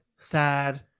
Sad